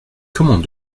comment